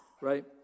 right